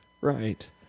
Right